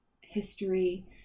history